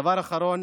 דבר אחרון.